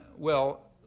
well,